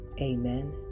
Amen